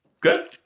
Good